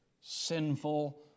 Sinful